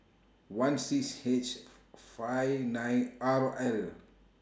I six H five R L